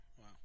Wow